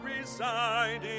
residing